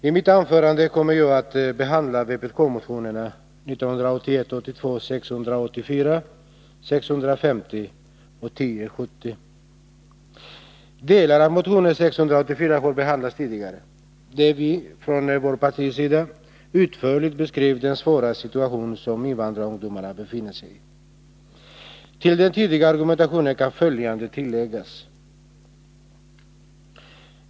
Fru talman! I mitt anförande kommer jag att behandla vpk-motionerna 1981/82:684, 650 och 1070. Delar av motion 684 har behandlats tidigare. Där beskrev vi utförligt den svåra situation som invandrarungdomarna befinner sig i. Till den tidigare argumentationen kan följande läggas.